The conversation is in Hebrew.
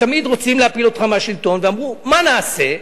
שתמיד רוצים להפיל אותך מהשלטון, אמרו: מה נעשה?